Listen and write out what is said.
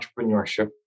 entrepreneurship